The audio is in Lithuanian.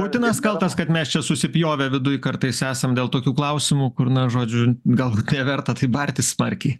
putinas kaltas kad mes čia susipjovę viduj kartais esam dėl tokių klausimų kur na žodžiu gal neverta taip bartis smarkiai